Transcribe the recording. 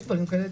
יש דברים כאלה,